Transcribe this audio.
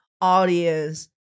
audience